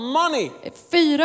money